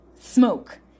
smoke